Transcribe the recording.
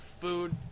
food